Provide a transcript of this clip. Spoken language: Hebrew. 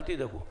אל תדאגו,